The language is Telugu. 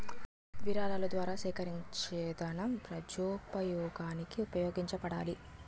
విరాళాల ద్వారా సేకరించేదనం ప్రజోపయోగానికి ఉపయోగపడాలి